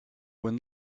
when